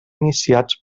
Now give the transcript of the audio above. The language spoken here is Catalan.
iniciats